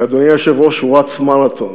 ואדוני היושב-ראש, הוא רץ מרתון.